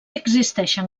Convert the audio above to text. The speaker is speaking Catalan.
existeixen